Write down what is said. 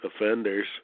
offenders